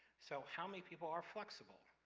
so, how many people are flexible?